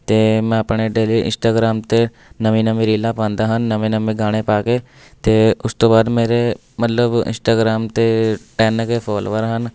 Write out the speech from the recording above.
ਅਤੇ ਮੈਂ ਆਪਣੇ ਡੇਲੀ ਇੰਸਟਾਗ੍ਰਾਮ 'ਤੇ ਨਵੀਂ ਨਵੀਂ ਰੀਲਾਂ ਪਾਉਂਦਾ ਹਨ ਨਵੇਂ ਨਵੇਂ ਗਾਣੇ ਪਾ ਕੇ ਅਤੇ ਉਸ ਤੋਂ ਬਾਅਦ ਮੇਰੇ ਮਤਲਬ ਇੰਸਟਾਗ੍ਰਾਮ 'ਤੇ ਟੈੱਨ ਕੇ ਫੋਲੋਵਰ ਹਨ